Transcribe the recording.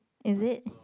is it